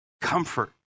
Comfort